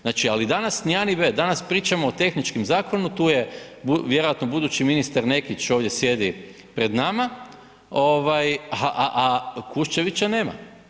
Znači, ali danas ni a ni b. Danas pričamo o tehničkom zakonu, tu je vjerojatno budući ministar Nekić ovdje sjedi pred nama, a Kuščevića nema.